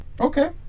Okay